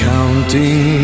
Counting